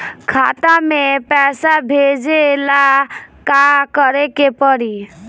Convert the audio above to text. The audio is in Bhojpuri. खाता से पैसा भेजे ला का करे के पड़ी?